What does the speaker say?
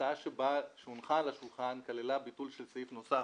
ההצעה שהונחה על השולחן כללה ביטול של סעיף נוסף.